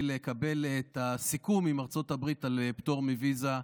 לקבל את הסיכום עם ארצות הברית על פטור מוויזה,